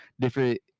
different